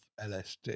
lsd